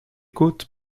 côtes